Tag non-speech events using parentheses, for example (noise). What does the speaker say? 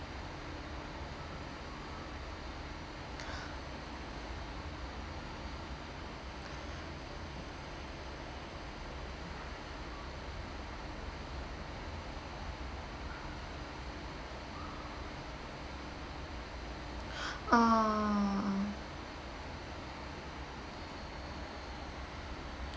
(breath) (breath) (breath) uh